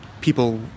people